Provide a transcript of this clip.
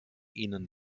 ihnen